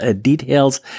details